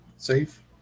Safe